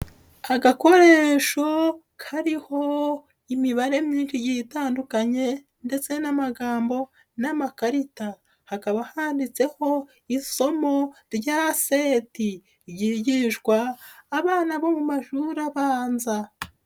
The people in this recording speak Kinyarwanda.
Agakoresho kariho imibare myinshi igiye itandukanye ndetse n'amagambo n'amakarita, hakaba handitseho isomo rya Seti ryigishwa abana bo mu mashuri abanza.